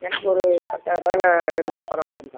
எனக்கு ஒரு பத்தாயரூபாய்ல இருந்தால் பரவாயில்ல மேடம்